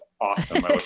awesome